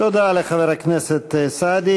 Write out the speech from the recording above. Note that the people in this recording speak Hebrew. תודה לחבר הכנסת סעדי.